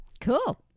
Cool